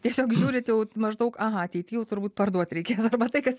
tiesiog žiūrit jau maždaug aha ateity jau turbūt parduot reikės arba tai kas